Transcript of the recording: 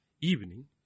Evening